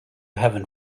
heaven